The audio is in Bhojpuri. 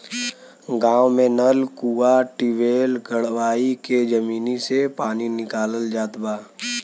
गांव में नल, कूंआ, टिबेल गड़वाई के जमीनी से पानी निकालल जात बा